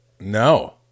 No